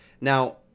Now